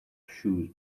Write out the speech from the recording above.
shoes